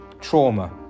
trauma